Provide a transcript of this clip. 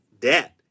debt